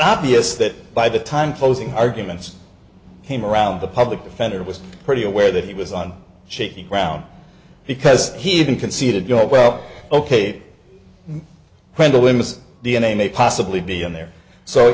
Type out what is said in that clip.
obvious that by the time closing arguments came around the public defender was pretty aware that he was on shaky ground because he even conceded your well ok when the women's d n a may possibly be on there so